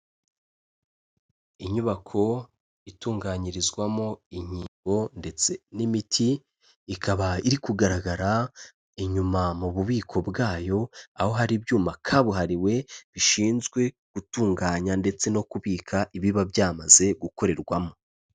Inyubako itunganyirizwamo inkingo ndetse n'imiti, ikaba iri kugaragara inyuma mu bubiko bwayo, aho hari ibyuma kabuhariwe bishinzwe gutunganya ndetse no kubika ibiba byamaze gukorerwamo.